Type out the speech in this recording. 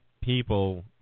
people